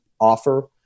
offer